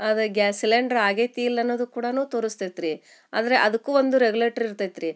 ಅದು gas cylinder ಆಗೈತಿ ಇಲ್ಲ ಅನ್ನೋದು ಕೂಡ ತೋರಿಸ್ತೈತೆ ರೀ ಆದರೆ ಅದಕ್ಕೂ ಒಂದು ರೇಗುಲೆಟ್ರ್ ಇರ್ತೈತೆ ರೀ